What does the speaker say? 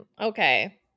Okay